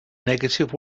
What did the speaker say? negative